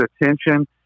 attention